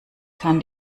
kann